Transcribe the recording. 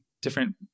different